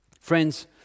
Friends